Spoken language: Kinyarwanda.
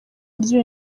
buryo